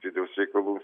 vidaus reikalų